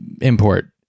import